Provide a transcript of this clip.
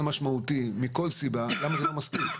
משמעותי מכל סיבה ולכן למה זה לא מספיק?